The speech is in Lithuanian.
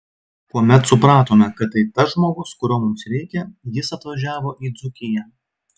kuomet supratome kad tai tas žmogus kurio mums reikia jis atvažiavo į dzūkiją